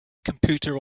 computer